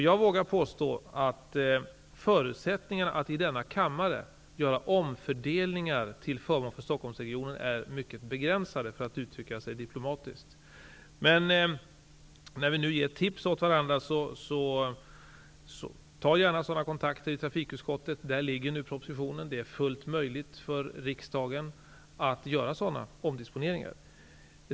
Jag vågar påstå att förutsättningarna att i denna kammare göra omfördelningar till förmån för Stockholmsregionen är mycket begränsade, för att uttrycka sig diplomatiskt. När vi nu ger tips åt varandra, vill jag säga: Ta gärna sådana kontakter i trafikutskottet! Där ligger nu propositionen. Det är fullt möjligt för riksdagen att göra sådana omdisponeringar.